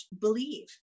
believe